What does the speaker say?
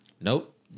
Nope